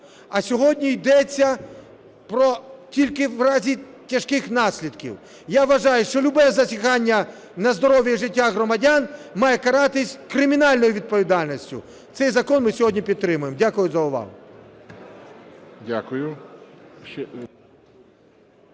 А сьогодні йдеться про тільки в разі тяжких наслідків. Я вважаю, що любе зазіхання на здоров'я і життя громадян має каратись кримінальною відповідальністю. Цей закон ми сьогодні підтримуємо. Дякую за увагу.